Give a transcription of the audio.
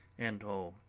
and oh,